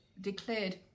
declared